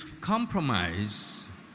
compromise